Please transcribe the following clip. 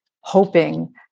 hoping